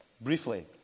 Briefly